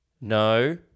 no